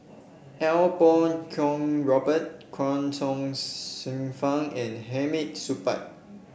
Iau Kuo Kwong Robert Chuang Hsueh Fang and Hamid Supaat